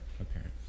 apparent